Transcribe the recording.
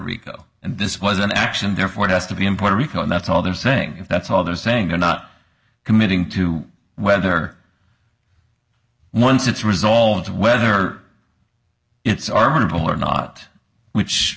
rico and this was an action therefore it has to be in puerto rico and that's all they're saying if that's all they're saying they're not committing to whether once it's resolved whether it's are going to or not which